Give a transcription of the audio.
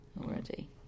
already